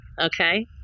Okay